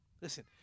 Listen